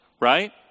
right